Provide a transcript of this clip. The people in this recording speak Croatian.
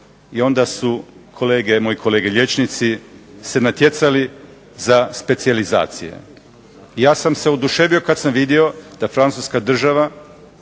i onda su moji kolege liječnici se natjecali za specijalizacije. Ja sam se oduševio kad sam vidio da Francuska država